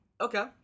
Okay